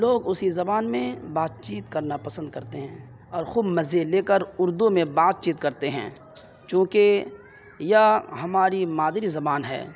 لوگ اسی زبان میں بات چیت کرنا پسند کرتے ہیں اور خوب مزے لے کر اردو میں بات چیت کرتے ہیں چونکہ یہ ہماری مادری زبان ہے